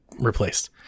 replaced